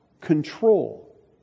control